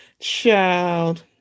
child